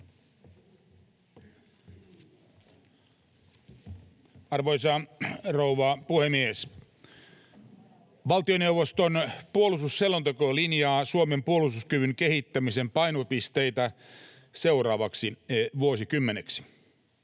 Arvoisa rouva puhemies! Valtioneuvoston puolustusselonteko linjaa Suomen puolustuskyvyn kehittämisen painopisteitä seuraavaksi vuosikymmeneksi.